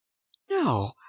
no,